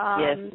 yes